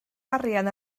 arian